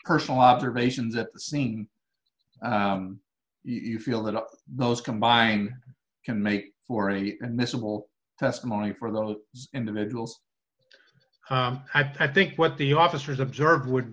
personal observations at the scene you feel that those combine can make for a missile testimony for those individuals i think what the officers observe would